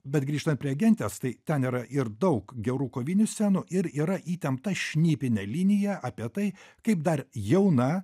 bet grįžtant prie agentės tai ten yra ir daug gerų kovinių scenų ir yra įtempta šnipinė linija apie tai kaip dar jauna